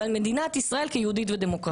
ועל מדינת ישראל כיהודית ודמוקרטית.